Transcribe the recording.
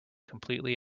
completely